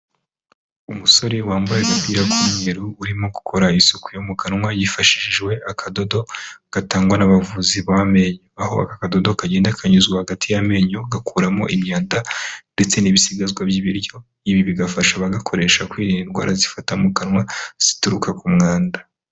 Umusore wambaye agapira k'umweru urimo gukora isuku yo mu kanwa hifashishijwe akadodo gatangwa n'abavuzi b'amenyo, aho aka akadodo kagenda kanyuzwa hagati y'amenyo gakuramo imyanda ndetse n'ibisigazwa by'ibiryo, ibi bigafasha abagakoresha kwirinda indwara zifata mu kanwa zituruka ku mwanda.